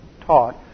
taught